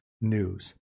news